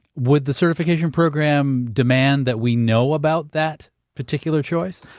would the certification program demand that we know about that particular choice?